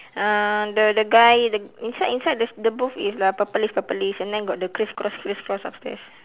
uh the the guy the inside inside there's the booth is uh purplish purplish and then got the criss cross criss cross upstairs